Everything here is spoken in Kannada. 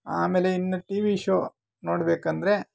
ಆಮೇಲೆ ಇನ್ನು ಟಿ ವಿ ಶೋ ನೋಡಬೇಕಂದ್ರೆ